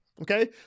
okay